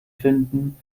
finden